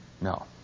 No